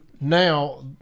now